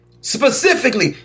Specifically